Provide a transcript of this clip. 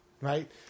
right